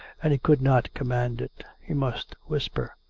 and he could not command it. he must whisper.